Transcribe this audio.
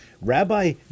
Rabbi